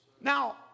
Now